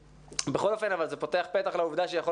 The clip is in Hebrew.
בכל אופן זה פותח פתח לעובדה שיכול